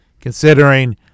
considering